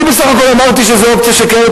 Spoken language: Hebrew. אני בסך הכול אמרתי שזו אופציה שקיימת